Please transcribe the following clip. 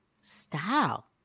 style